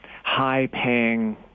high-paying